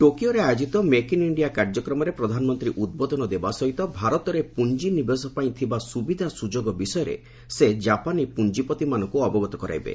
ଟୋକିଓରେ ଆୟୋଜିତ make in India କାର୍ଯ୍ୟକ୍ରମରେ ପ୍ରଧାନମନ୍ତ୍ରୀ ଉଦ୍ବୋଧନ ଦେବା ସହିତ ଭାରତରେ ପୁଞ୍ଜିନିବେଶ ପାଇଁ ଥିବା ସୁବିଧା ସୁଯୋଗ ବିଷୟରେ ସେ ଜାପାନୀ ପୁଞ୍ଜିପତିମାନଙ୍କୁ ଅବଗତ କରାଇବେ